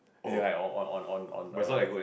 as in like on on on on on a